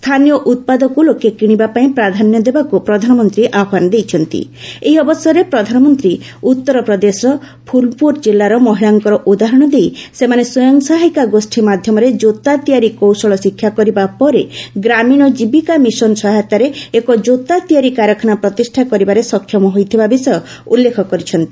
ସ୍ଚାନୀୟ ଉତ୍ପାଦକୁ ଲୋକେ କିଶିବାପାଇଁ ପ୍ରାଧାନ୍ୟ ଦେବାକୁ ପ୍ରଧାନମନ୍ନୀ ଆହ୍ବାନ ଦେଇଛନ୍ତି ଏହି ଅବସରରେ ପ୍ରଧାନମନ୍ତୀ ଉଉର ପ୍ରଦେଶର ପ୍ରୁଲପୁର ଜିଲ୍ଲାର ମହିଳାଙ୍କ ଉଦାହରଣ ଦେଇ ସେମାନେ ସ୍ୱୟଂ ସହାୟିକା ଗୋଷୀ ମାଧ୍ଧମରେ କୋତା ତିଆରି କୌଶଳ ଶିକ୍ଷାକରିବା ପରେ ଗ୍ରାମୀଣ ଜିବିକା ମିଶନ ସହାୟତାରେ ଏକ ଜୋତା ତିଆରି କାରଖାନା ପ୍ରତିଷା କରିବାରେ ସକ୍ଷମ ହୋଇଥିବା ବିଷୟ ଉଲ୍ଲେଖ କରିଛନ୍ତି